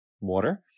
water